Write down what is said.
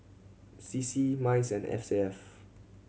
C C MICE and S A F